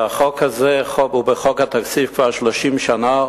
החוק הזה הוא בחוק התקציב כבר 30 שנה,